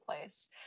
place